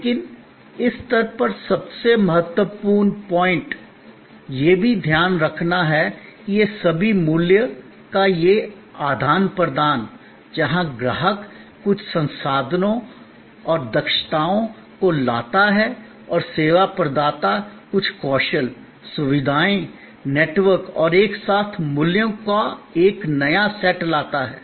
लेकिन इस स्तर पर सबसे महत्वपूर्ण बिंदु यह भी ध्यान रखना है कि ये सभी मूल्य का यह आदान प्रदान जहां ग्राहक कुछ संसाधनों और दक्षताओं को लाता है और सेवा प्रदाता कुछ कौशल सुविधाएं नेटवर्क और एक साथ मूल्यों का एक नया सेट लाता है